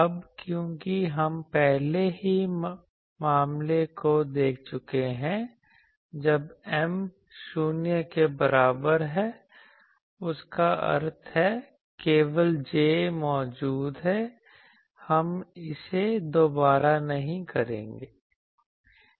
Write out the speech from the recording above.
अब क्योंकि हम पहले ही मामले को देख चुके हैं जब M 0 के बराबर है उसका अर्थ है केवल J मौजूद है हम इसे दोबारा नहीं करेंगे